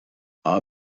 our